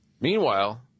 Meanwhile